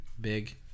big